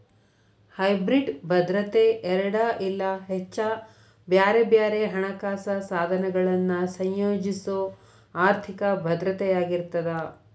hybrid ಭದ್ರತೆ ಎರಡ ಇಲ್ಲಾ ಹೆಚ್ಚ ಬ್ಯಾರೆ ಬ್ಯಾರೆ ಹಣಕಾಸ ಸಾಧನಗಳನ್ನ ಸಂಯೋಜಿಸೊ ಆರ್ಥಿಕ ಭದ್ರತೆಯಾಗಿರ್ತದ